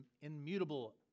immutable